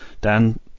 Dan